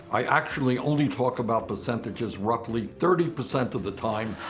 i actually only talk about percentages roughly thirty percent of the time.